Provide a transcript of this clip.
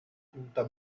punta